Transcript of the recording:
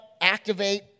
activate